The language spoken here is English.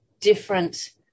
different